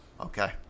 Okay